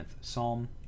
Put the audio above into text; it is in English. psalm